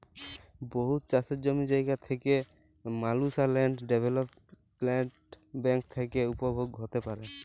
বহুত চাষের জমি জায়গা থ্যাকা মালুসলা ল্যান্ড ডেভেলপ্মেল্ট ব্যাংক থ্যাকে উপভোগ হ্যতে পারে